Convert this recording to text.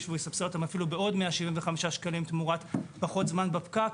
והוא יסבסד אותם אפילו בעוד 175 שקלים תמורת פחות זמן בפקק,